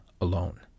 alone